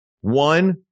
One